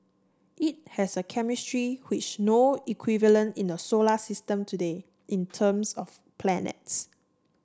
it has a chemistry which no equivalent in the solar system today in terms of planets